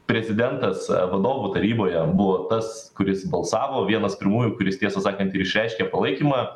prezidentas vadovų taryboje buvo tas kuris balsavo vienas pirmųjų kuris tiesą sakant išreiškė palaikymą